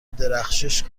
درخشش